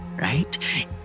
right